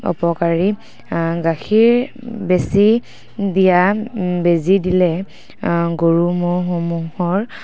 অপকাৰী গাখীৰ বেছি দিয়া বেজী দিলে গৰু ম'হসমূহৰ